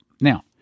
Now